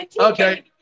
okay